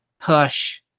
push